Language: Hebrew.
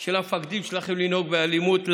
של המפקדים שלכם לנהוג באלימות.